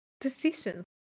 decisions